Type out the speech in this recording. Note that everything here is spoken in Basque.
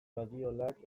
badiolak